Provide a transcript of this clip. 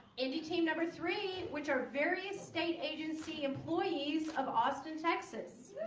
indie team number three which are various state agency employees of austin texas